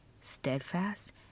steadfast